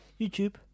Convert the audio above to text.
YouTube